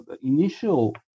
initial